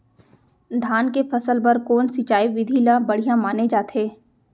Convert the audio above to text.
धान के फसल बर कोन सिंचाई विधि ला बढ़िया माने जाथे?